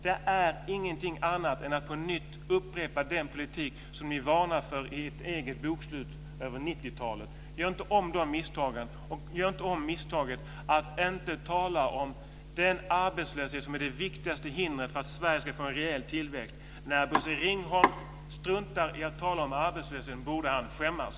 Det är ingenting annat än att på nytt upprepa den politik som ni varnar för i ert eget bokslut över 90 talet. Gör inte om de misstagen, och gör inte om misstaget att inte tala om den arbetslöshet som är det viktigaste hindret mot att Sverige ska få en rejäl tillväxt. När Bosse Ringholm struntar i att tala om arbetslösheten borde han skämmas.